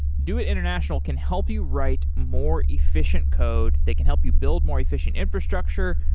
doit international can help you write more efficient code. they can help you build more efficient infrastructure.